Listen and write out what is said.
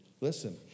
Listen